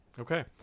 okay